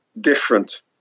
different